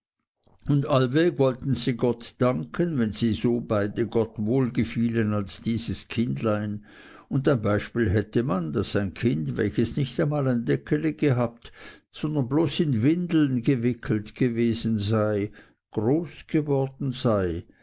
und allweg wollten sie gott danken wenn sie beide gott so wohl gefielen als dieses kindlein und ein beispiel hätte man daß ein kind welches nicht einmal ein deckeli gehabt sondern bloß in windeln gewickelt gewesen sei groß geworden sei